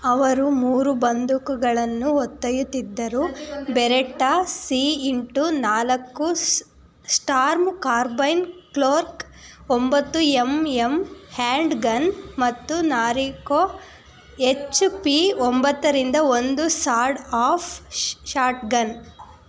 ಅವರು ಮೂರು ಬಂದೂಕುಗಳನ್ನು ಹೊತ್ತೊಯ್ಯುತ್ತಿದ್ದರು ಬೆರೆಟ್ಟಾ ಸಿ ಇಂಟು ನಾಲ್ಕು ಸ್ಟಾರ್ಮ್ ಕಾರ್ಬೈನ್ ಗ್ಲೋಕ್ ಒಂಬತ್ತು ಎಮ್ ಎಮ್ ಹ್ಯಾಂಡ್ಗನ್ ಮತ್ತು ನಾರಿಂಕೋ ಎಚ್ ಪಿ ಒಂಬತ್ತರಿಂದ ಒಂದು ಸಾಡ್ ಆಫ್ ಶಾಟ್ಗನ್